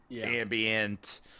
ambient